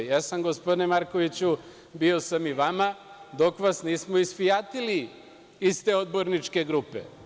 Jesam, gospodine Markoviću, bio sam i vama, dok vas nismo isfijatili iz te odborničke grupe.